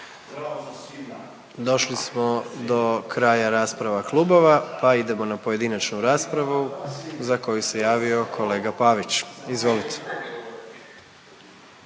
Došli smo do kraja rasprava klubova, pa idemo na pojedinačnu raspravu za koju se javio kolega Pavić. Izvolite.